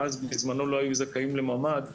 ואז בזמנו לא היו זכאים לממ"ד.